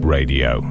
Radio